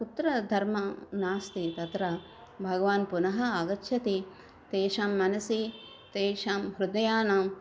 कुत्र धर्मः नास्ति तत्र भगवान् पुनः आगच्छति तेषां मनसि तेषां हृदयानां